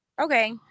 Okay